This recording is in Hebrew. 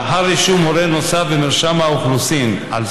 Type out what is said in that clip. לאחר רישום הורה נוסף במרשם האוכלוסין על